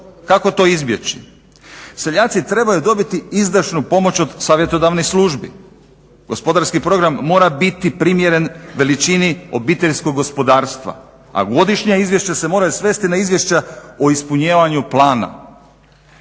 Kako to izbjeći? Seljaci trebaju dobiti izdašnu pomoć od savjetodavnih službi. Gospodarski program mora biti primjeren veličini obiteljskog gospodarstva, a godišnja izvješća se moraju svesti na izvješća o ispunjavanju plana.